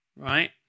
right